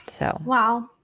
Wow